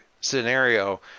scenario